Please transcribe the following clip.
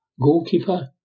Goalkeeper